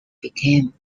became